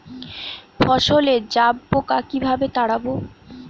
ফসলে জাবপোকা কিভাবে তাড়াব?